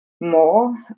more